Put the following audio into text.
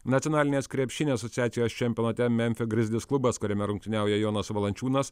nacionalinės krepšinio asociacijos čempionate memfio grizzlies klubas kuriame rungtyniauja jonas valančiūnas